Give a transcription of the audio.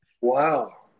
Wow